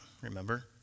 remember